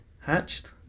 hatched